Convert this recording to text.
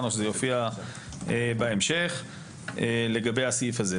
או שזה יופיע בהמשך לגבי הסעיף הזה.